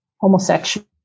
homosexual